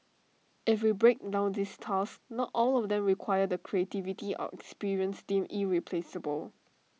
if we break down these tasks not all of them require the creativity or experience deemed irreplaceable